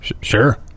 Sure